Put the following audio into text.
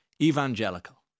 evangelical